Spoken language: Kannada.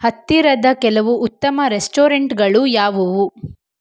ಹತ್ತಿರದ ಕೆಲವು ಉತ್ತಮ ರೆಸ್ಟೋರೆಂಟ್ಗಳು ಯಾವುವು